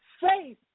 faith